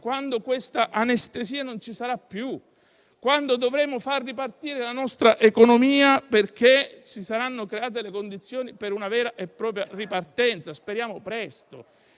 quando questa anestesia non ci sarà più; quando dovremo far ripartire la nostra economia perché si saranno create le condizioni per una vera e propria ripartenza, e speriamo presto.